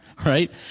Right